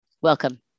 Welcome